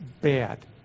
bad